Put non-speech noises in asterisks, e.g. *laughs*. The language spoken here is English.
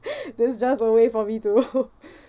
*breath* this just a way for me to go *laughs* *breath*